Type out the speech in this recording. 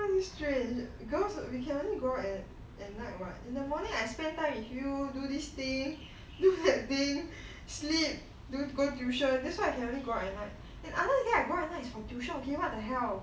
how is it strange because we can only at night what in the morning I spend time with you do this thing do that thing sleep do go tuition that's why I can only go out at night and other than that I go out at night is for tuition okay what the hell